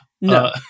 No